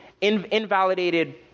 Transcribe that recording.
invalidated